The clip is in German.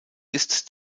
ist